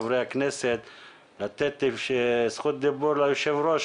חברי הכנסת לתת זכות דיבור ליושב ראש,